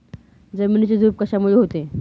जमिनीची धूप कशामुळे होते?